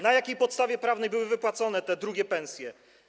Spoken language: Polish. Na jakiej podstawie prawnej były wypłacone te drugie pensje?